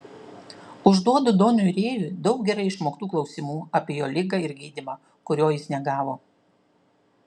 užduodu doniui rėjui daug gerai išmoktų klausimų apie jo ligą ir gydymą kurio jis negavo